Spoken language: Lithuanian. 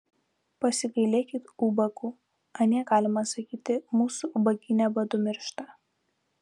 pasigailėkit ubagų anie galima sakyti mūsų ubagyne badu miršta